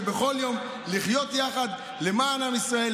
ובכל יום לחיות יחד למען עם ישראל,